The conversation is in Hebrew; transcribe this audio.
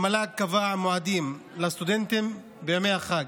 המל"ג קבע מועדים לסטודנטים בימי החג.